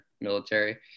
military